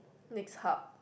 next hub